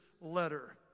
letter